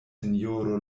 sinjoro